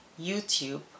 YouTube